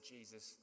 Jesus